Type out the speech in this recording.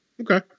Okay